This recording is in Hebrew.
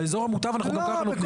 באזור המוטב אנחנו גם ככה נותנים.